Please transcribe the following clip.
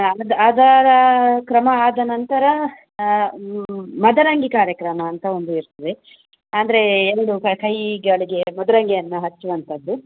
ಅದು ಅದರ ಕ್ರಮ ಆದ ನಂತರ ಮದರಂಗಿ ಕಾರ್ಯಕ್ರಮ ಅಂತ ಒಂದು ಇರ್ತದೆ ಅಂದರೆ ಎರಡು ಕೈಗಳಿಗೆ ಮದರಿಂಗಿಯನ್ನು ಹಚ್ಚುವಂಥದ್ದು